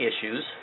issues